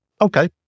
Okay